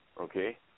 Okay